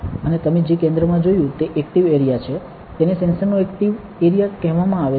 અને તમે જે કેન્દ્રમાં જોયું તે ઍક્ટિવ એરિયા છે તેને સેન્સરનો ઍક્ટિવ એરિયા કહેવામાં આવે છે